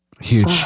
Huge